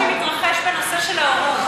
זה תהליך שינוי שמתרחש בנושא של ההורות,